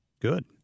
Good